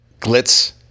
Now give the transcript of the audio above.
glitz